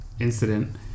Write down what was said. incident